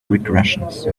regressions